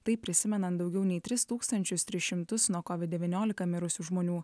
taip prisimenant daugiau nei tris tūkstančius tris šimtus nuo covid devyniolika mirusių žmonių